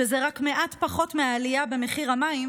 שזה רק מעט פחות מהעלייה במחיר המים,